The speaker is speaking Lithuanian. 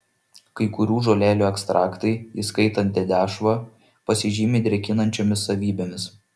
kai kurių žolelių ekstraktai įskaitant dedešvą pasižymi drėkinančiomis savybėmis